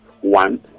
One